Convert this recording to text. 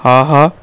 ஆஹா